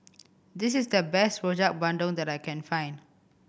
this is the best Rojak Bandung that I can find